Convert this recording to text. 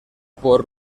por